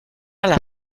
alla